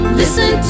listen